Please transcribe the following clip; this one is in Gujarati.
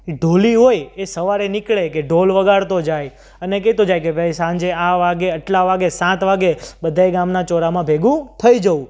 ઢોલી હોય એ સવારે નીકળે કે ઢોલ વગાડતો જાય અને કહેતો જાય કે ભાઈ સાંજે આ વાગે આટલા વાગે સાત વાગે બધા એ ગામના ચોરામાં ભેગું થઈ જવું